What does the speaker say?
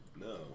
No